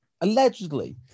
allegedly